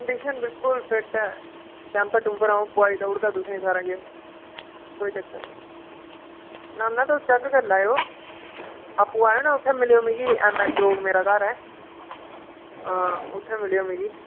condition बिलकुल fit ऐ temper टुम्पर अं'ऊ पोआई देउड़ गा तुसें सारा केश कोई चक्कर नी ना ना तुस चेक कर लैएओ आपूं आएयो ना उत्थें मिलेओ मिगी एम एच चौक मेरा घर ऐ हां उत्थें मिलेओ मिगी